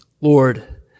Lord